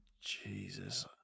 Jesus